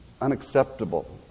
unacceptable